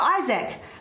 Isaac